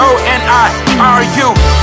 O-N-I-R-U